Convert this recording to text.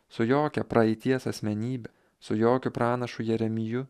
su jokia praeities asmenybe su jokiu pranašu jeremiju